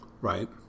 right